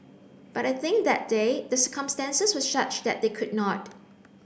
but I think that day the circumstances were such that they could not